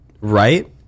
right